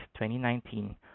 2019